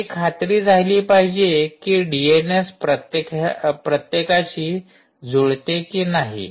याची खात्री झाली पाहिजे की डीएनएस प्रत्येकाशी जुळते की नाही